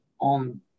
on